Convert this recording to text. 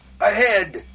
Ahead